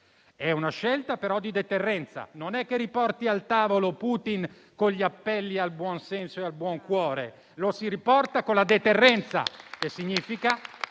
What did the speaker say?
una scelta di deterrenza. Non si riporta al tavolo Putin con gli appelli al buon senso e al buon cuore: lo si riporta con la deterrenza. Ciò vuol dire